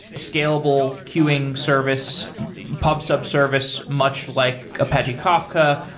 scalable, queuing service pub sub service, much like apache kafka,